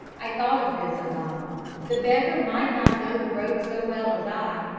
i thought of this, o'donnell the beggar might not know the road so well as i.